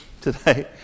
today